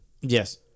Yes